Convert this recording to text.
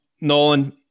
Nolan